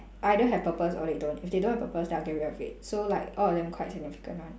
either have purpose or they don't if they don't have purpose then I'll get rid of it so like all of them quite significant [one]